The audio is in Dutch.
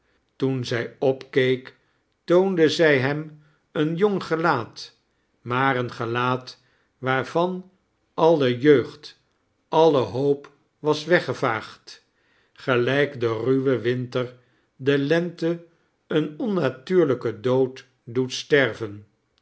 toen zij opkeek toonde zij hem een jong gelaat maar een gelaat waarvan alle jeugd alle hoop was weggevaagd gelijk de ruwe winter de lente een onnatuurlijken dood doct sterven